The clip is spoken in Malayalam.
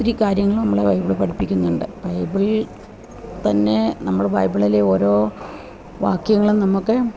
ഒത്തിരി കാര്യങ്ങള് നമ്മളുടെ ബൈബിൾ പഠിപ്പിക്കുന്നുണ്ട് ബൈബിള് തന്നെ നമ്മൾ ബൈബിളിലെ ഓരോ വാക്യങ്ങളും നമുക്ക്